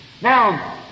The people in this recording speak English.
Now